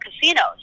casinos